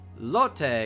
Lotte